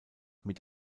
mit